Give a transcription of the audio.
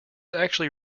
actually